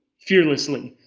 fearlessly,